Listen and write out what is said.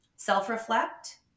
Self-reflect